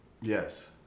Yes